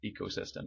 ecosystem